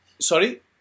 Sorry